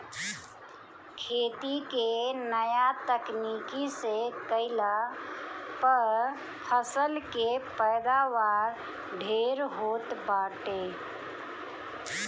खेती के नया तकनीकी से कईला पअ फसल के पैदावार ढेर होत बाटे